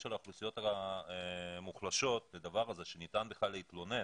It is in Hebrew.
של האוכלוסיות המוחלשות שניתן בכלל להתלונן,